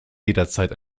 jederzeit